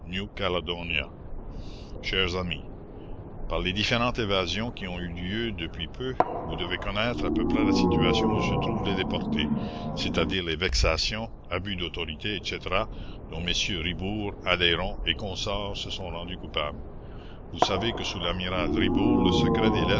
chers amis par les différentes évasions qui ont eu lieu depuis peu vous devez connaître à peu près la situation où se trouvent les déportés c'est-à-dire les vexations abus d'autorité etc dont mm ribourt aleyron et consorts se sont rendus coupables vous savez que sous l'amiral ribourt le secret